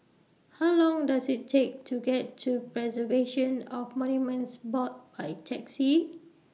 How Long Does IT Take to get to Preservation of Monuments Board By Taxi